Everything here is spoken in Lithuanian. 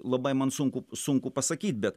labai man sunku sunku pasakyt bet